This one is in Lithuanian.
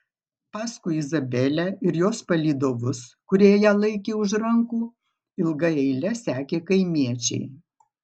paskui izabelę ir jos palydovus kurie ją laikė už rankų ilga eile sekė kaimiečiai